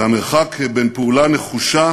והמרחק בין פעולה נחושה